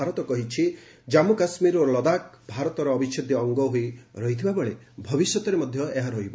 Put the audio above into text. ଭାରତ କହିଛି କାମ୍ମୁ କାଶ୍ମୀର ଓ ଲଦାଖ ଭାରତର ଅବିଚ୍ଛେଦ୍ୟ ଅଙ୍ଗ ହୋଇ ରହିଥିବା ବେଳେ ଭବିଷ୍ୟତରେ ମଧ୍ୟ ଏହା ରହିବ